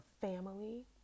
family